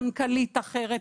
מנכ"לית אחר,